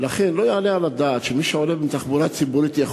ולכן לא יעלה על הדעת שמי שעולה בתחבורה ציבורית יכול